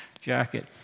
jacket